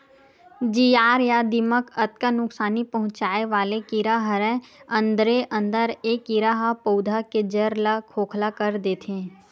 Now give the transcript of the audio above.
जियार या दिमक अतका नुकसानी पहुंचाय वाले कीरा हरय अंदरे अंदर ए कीरा ह पउधा के जर ल खोखला कर देथे